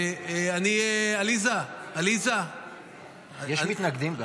יש גם מתנגדים.